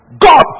God